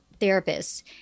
therapists